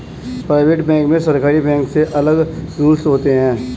private bank में सरकारी bank से अलग रूल्स होते है